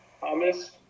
Thomas